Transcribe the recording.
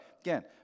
Again